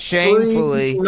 Shamefully